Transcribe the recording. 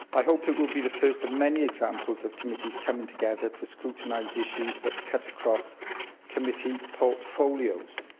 i hope it will be the first of many examples of committees coming together to scrutinise issues that cut across committee portfolios.